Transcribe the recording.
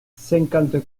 cinquante